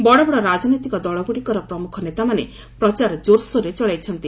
ବଡବଡ ରାଜନୈତିକ ଦଳଗୁଡ଼ିକର ପ୍ରମୁଖ ନେତାମାନେ ପ୍ରଚାର କୋର୍ସୋର୍ରେ ଚଳାଇଛନ୍ତି